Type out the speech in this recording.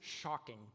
shocking